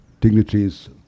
dignitaries